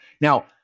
Now